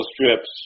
strips